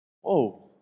Whoa